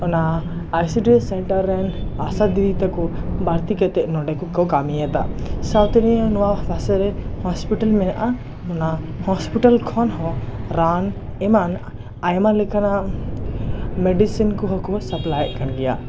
ᱚᱱᱟ ICDS centre ᱨᱮᱱ ᱟᱥᱟ ᱫᱤᱫᱤ ᱛᱟᱠᱚ ᱵᱟ ᱲᱛᱤ ᱠᱟᱛᱮᱜ ᱱᱚᱸᱰᱮ ᱜᱮᱠᱚ ᱠᱟᱢᱤᱭᱮᱫᱟ ᱥᱟᱶᱛᱮ ᱱᱤᱭᱟᱹ ᱱᱚᱣᱟ ᱯᱟᱥᱮ ᱨᱮ ᱦᱳᱥᱯᱤᱴᱟᱞ ᱢᱮᱱᱟᱜᱼᱟ ᱚᱱᱟ ᱦᱳᱥᱯᱤᱴᱟᱞ ᱠᱷᱚᱱ ᱦᱚᱸ ᱨᱟᱱ ᱮᱢᱟᱱ ᱟᱭᱢᱟ ᱞᱮᱠᱟᱱᱟᱜ ᱢᱮᱰᱤᱥᱤᱱ ᱠᱚᱦᱚᱸ ᱠᱚ ᱥᱟᱯᱞᱟᱭ ᱮᱫ ᱠᱟᱱ ᱜᱮᱭᱟ